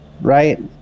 right